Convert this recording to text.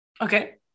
Okay